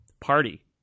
party